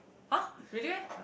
!huh! really meh